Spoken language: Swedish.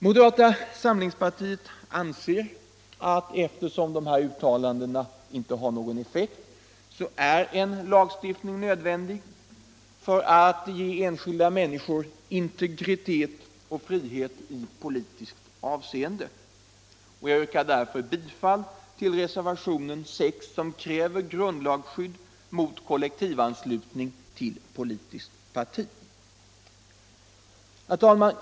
Moderata samlingspartiet anser att eftersom dessa uttalanden inte har någon effekt, är en lagstiftning nödvändig för att ge enskilda människor 73 integritet och frihet i politiskt avseende. Jag yrkar därför bifall till reservationen 6, som kräver grundlagsskyd mot kollektivanslutning till politiskt parti. Herr talman!